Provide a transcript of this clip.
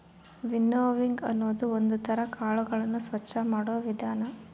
winnowing ಅನ್ನೋದು ಒಂದ್ ತರ ಕಾಳುಗಳನ್ನು ಸ್ವಚ್ಚ ಮಾಡೋ ವಿಧಾನ